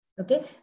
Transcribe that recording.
Okay